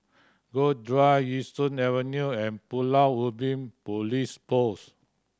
Grove Drive Yishun Avenue and Pulau Ubin Police Post